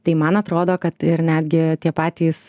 tai man atrodo kad ir netgi tie patys